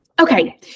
okay